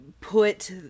put